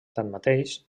tanmateix